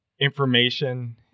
information